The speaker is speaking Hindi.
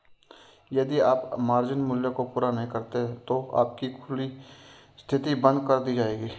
यदि आप मार्जिन मूल्य को पूरा नहीं करते हैं तो आपकी खुली स्थिति बंद कर दी जाएगी